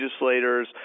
legislators